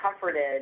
comforted